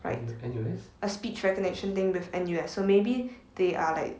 right a speech recognition thing with N_U_S so maybe they are like